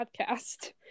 podcast